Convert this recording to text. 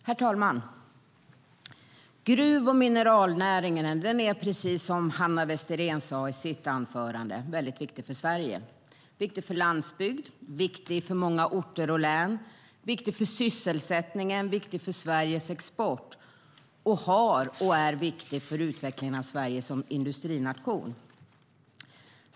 Herr talman! Gruv och mineralnäringen är, precis som Hanna Westerén sa i sitt anförande, väldigt viktig för Sverige. Den är viktig för landsbygden, viktig för många orter och län, viktig för sysselsättningen och viktig för Sveriges export, och den har varit och är viktig för utvecklingen av Sverige som industrination.